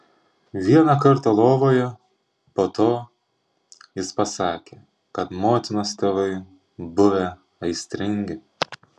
vieną kartą lovoje po to jis pasakė kad motinos tėvai buvę aistringi